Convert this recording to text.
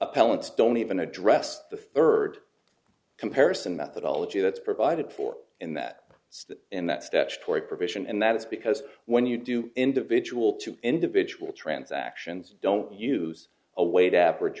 appellants don't even address the third comparison methodology that's provided for in that in that statutory provision and that is because when you do individual to individual transactions don't use a weighted average